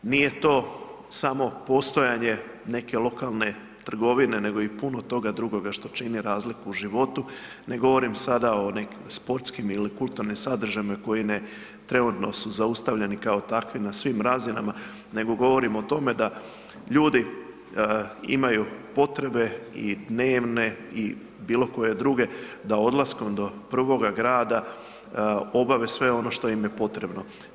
Nije to samo postojanje neke lokalne trgovine nego i puno toga drugoga što čini razliku u životu, ne govorim sada o nekim sportskim ili kulturnim sadržajima koji ne, trenutno su zaustavljeni kao takvi na svim razinama, nego govorim o tome da ljudi imaju potrebe i dnevne i bilo koje druge da odlaskom do prvoga grada obave sve ono što im je potrebno.